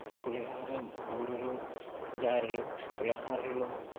పులిహోర బూరెలు గారెలు పులిహోరలో